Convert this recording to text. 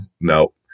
no